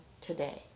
today